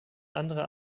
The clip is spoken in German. andere